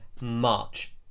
march